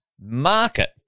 market